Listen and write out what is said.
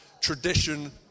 tradition